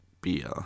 beer